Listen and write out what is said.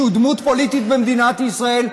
שהוא דמות פוליטית במדינת ישראל,